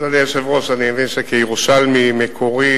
אדוני היושב-ראש, אני מבין שכירושלמי מקורי